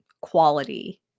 quality